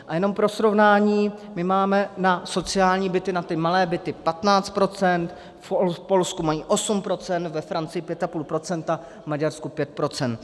A jenom pro srovnání, my máme na sociální byty, na ty malé byty, 15 %, v Polsku mají 8 %, ve Francii 5,5 %, v Maďarsku 5 %.